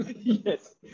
Yes